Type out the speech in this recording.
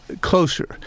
closer